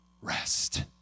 rest